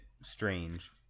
strange